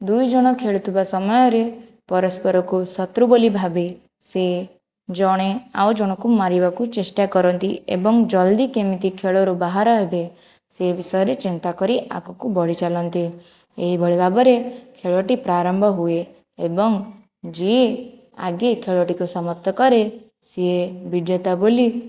ଦୁଇ ଜଣ ଖେଳୁ ଥିବା ସମୟରେ ପରସ୍ପରକୁ ଶତ୍ରୁ ବୋଲି ଭାବି ସେ ଜଣେ ଆଉ ଜଣକୁ ମାରିବାକୁ ଚେଷ୍ଟା କରନ୍ତି ଏବଂ ଜଲ୍ଦି କେମିତି ଖେଳରୁ ବାହାର ହେବେ ସେ ବିଷୟରେ ଚିନ୍ତା କରି ଆଗକୁ ବଢ଼ି ଚାଲନ୍ତି ଏହି ଭଳି ଭାବରେ ଖେଳଟି ପ୍ରାରମ୍ଭ ହୁଏ ଏବଂ ଯିଏ ଆଗେ ଖେଳଟିକୁ ସମାପ୍ତ କରେ ସିଏ ବିଜେତା ବୋଲି